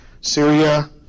Syria